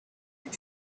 your